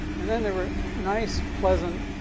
and then there were nice, pleasant,